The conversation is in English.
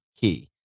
key